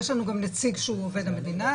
יש לנו גם נציג שהוא עובד המדינה,